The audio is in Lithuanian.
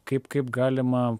kaip kaip galima